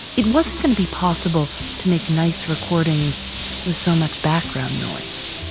it wasn't going to be possible to make nice recordings with so much background noise,